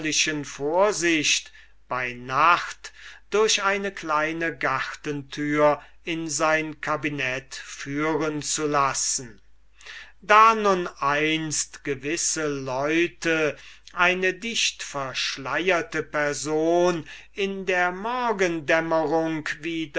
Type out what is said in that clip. vorsicht bei nacht durch eine kleine gartentür in sein cabinet führen zu lassen da nun einst gewisse leute eine dichtverschleierte person in der morgendämmerung wieder